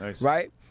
Right